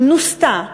נוסתה בישראל,